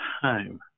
time